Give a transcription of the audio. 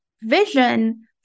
vision